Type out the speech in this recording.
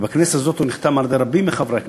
ובכנסת הזאת הוא נחתם על-ידי רבים מחברי הכנסת,